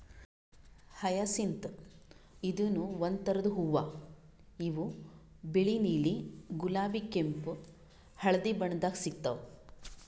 hyacinth ಇದೂನು ಒಂದ್ ಥರದ್ ಹೂವಾ ಇವು ಬಿಳಿ ನೀಲಿ ಗುಲಾಬಿ ಕೆಂಪ್ ಹಳ್ದಿ ಬಣ್ಣದಾಗ್ ಸಿಗ್ತಾವ್